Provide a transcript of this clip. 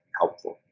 helpful